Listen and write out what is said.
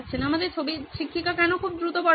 আমাদের ছবির শিক্ষিকা কেন খুব দ্রুত পড়াচ্ছেন